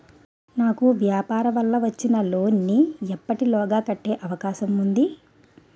నాకు వ్యాపార వల్ల వచ్చిన లోన్ నీ ఎప్పటిలోగా కట్టే అవకాశం ఉంది?